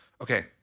Okay